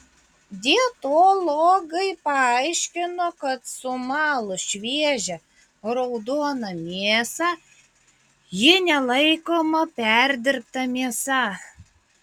dietologai paaiškino kad sumalus šviežią raudoną mėsą ji nelaikoma perdirbta mėsa